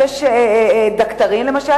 "דקטרין" למשל,